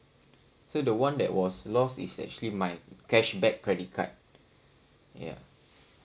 so the one that was lost is actually my cashback credit card ya